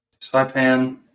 Saipan